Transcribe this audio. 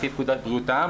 לפי פקודת בריאות העם,